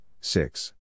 six